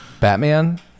Batman